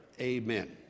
Amen